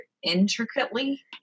intricately